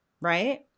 right